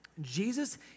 Jesus